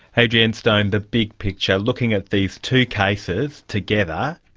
adrienne stone, the big picture, looking at these two cases together,